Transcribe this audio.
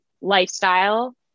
lifestyle